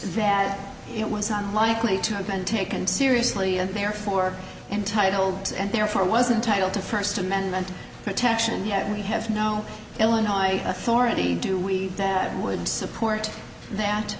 that it was unlikely to have been taken seriously and therefore entitled and therefore wasn't title to first amendment protection yet we have no illinois authority do we that would support that